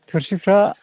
थोरसिफ्रा